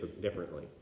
differently